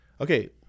Okay